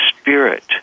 spirit